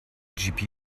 gpu